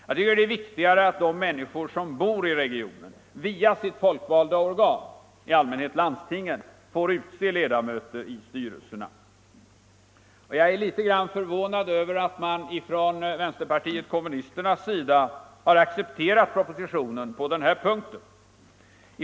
Jag tycker att det är viktigare att de människor som bor i regionen via sitt folkvalda organ, i allmänhet landstinget, får utse ledamöter i styrelserna, och jag är litet förvånad över att vpk har accepterat propositionen på denna punkt.